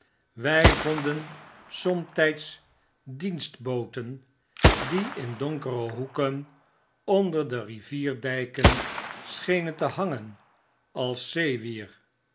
wjj vonden somtijds b dienstbooten die in donkere hoeken onder de rivierdyken schenen te hangen als zeewier